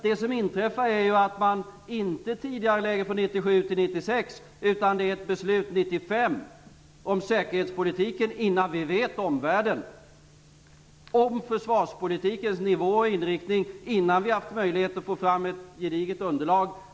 Det som inträffar är ju att man inte tidigarelägger från 1997 till 1996, utan det är ett beslut 1995 om säkerhetspolitiken innan vi vet om omvärlden och om försvarspolitikens nivå och inriktning och innan vi haft möjlighet att få fram ett gediget underlag.